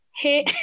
Hey